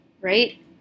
right